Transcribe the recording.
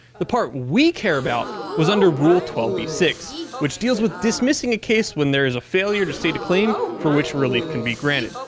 the part we care about was under rule twelve b six which deals with dismissing a case when there is a failure to state a claim for which relief can be granted.